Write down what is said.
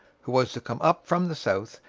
who was to come up from the south,